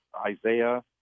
Isaiah